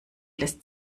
lässt